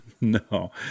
No